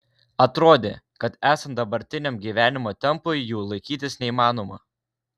atrodė kad esant dabartiniam gyvenimo tempui jų laikytis neįmanoma